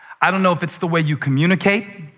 i don't know if it's the way you communicate.